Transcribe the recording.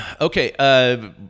Okay